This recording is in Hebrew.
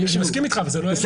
אני מסכים איתך אבל זה לא אליי.